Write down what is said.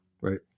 right